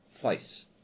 place